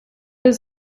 does